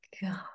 god